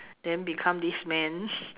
then become disc man